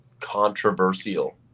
controversial